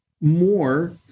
more